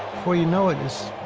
before you know it,